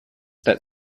that